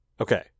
okay